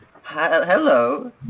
Hello